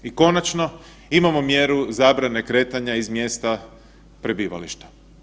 I konačno, imamo mjeru zabrane kretanja iz mjesta prebivališta.